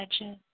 edges